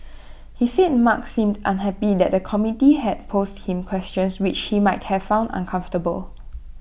he said mark seemed unhappy that the committee had posed him questions which he might have found uncomfortable